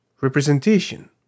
representation